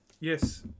Yes